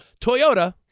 Toyota